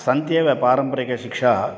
सन्त्येव पारम्परिकशिक्षा